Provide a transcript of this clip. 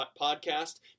podcast